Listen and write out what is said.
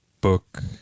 book